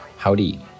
Howdy